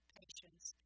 patience